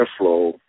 airflow